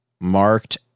marked